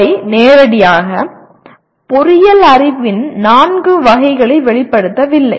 அவை நேரடியாக பொறியியல் அறிவின் நான்கு வகைகளை வெளிப்படுத்தவில்லை